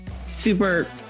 super